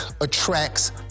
attracts